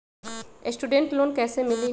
Student loan कैसे मिली?